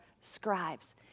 scribes